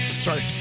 sorry